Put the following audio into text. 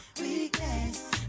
weakness